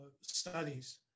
studies